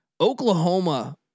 Oklahoma